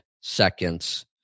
seconds